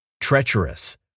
treacherous